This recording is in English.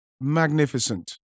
Magnificent